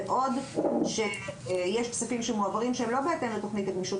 בעוד שיש כספים שמועברים שהם לא בהתאם לתכנית הגמישות